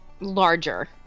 larger